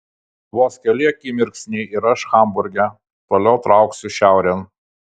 vos keli akimirksniai ir aš hamburge toliau trauksiu šiaurėn